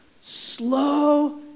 slow